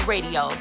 Radio